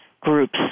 Groups